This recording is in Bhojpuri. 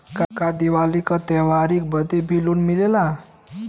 का दिवाली का त्योहारी बदे भी लोन मिलेला?